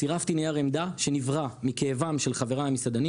צירפתי נייר עמדה שנברא מכאבם של חבריי המסעדנים